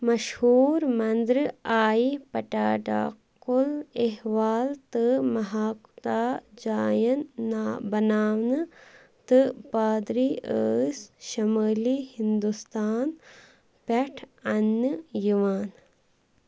مشہوٗر مندِرِ آیہِ پَٹاڈاکُل اِحول تہٕ مَہاکُتا جایَن نا بناونہٕ تہٕ پادٕرۍ ٲسۍ شُمٲلی ہندوستان پٮ۪ٹھ اننہٕ یِوان